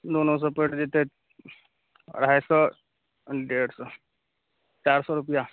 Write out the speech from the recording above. दुनू से पड़ि जेतै अढ़ाइ सए डेढ़ सए चारि सए रुपैआ